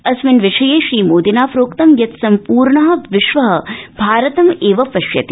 अस्मिन् विषये श्री मोदिना प्रोक्तं यत् सम्पूर्ण विश्व भारतमेव पश्यति